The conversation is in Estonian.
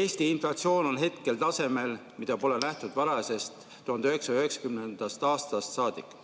Eesti inflatsioon on hetkel tasemel, mida pole nähtud varajastest üheksakümnendatest aastatest saadik.